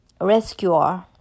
Rescuer